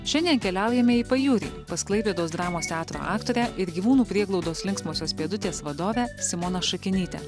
šiandien keliaujame į pajūrį pas klaipėdos dramos teatro aktorę ir gyvūnų prieglaudos linksmosios pėdutės vadovę simoną šakinytę